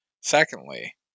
Secondly